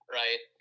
right